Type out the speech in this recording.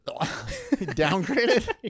Downgraded